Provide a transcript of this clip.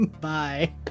Bye